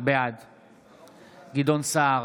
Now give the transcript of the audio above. בעד גדעון סער,